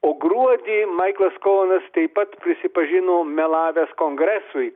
o gruodį maiklas konas taip pat prisipažino melavęs kongresui